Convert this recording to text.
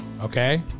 Okay